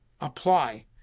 apply